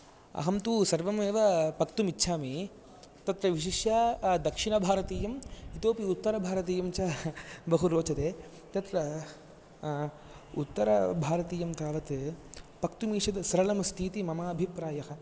अहं तु सर्वमेव पक्तुम् इच्छामि तत्र विशिष्य दक्षिणभारतीयम् इतोऽपि उत्तरभारतीयञ्च बहु रोचते तत्र उत्तरभारतीयं तावत् पक्तुं ईषत् सरलमस्ति इति मम अभिप्रायः